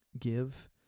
give